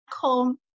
home